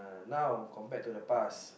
but now compared to the past